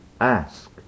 Ask